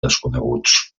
desconeguts